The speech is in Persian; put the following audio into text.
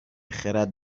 خرد